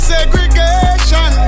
Segregation